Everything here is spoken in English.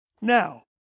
Now